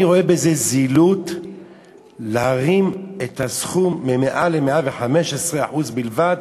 אני רואה בזה זילות להרים את הסכום מ-100% ל-115% בלבד.